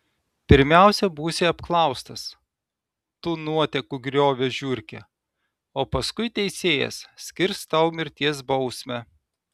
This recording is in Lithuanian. pirmiausia būsi apklaustas tu nuotekų griovio žiurke o paskui teisėjas skirs tau mirties bausmę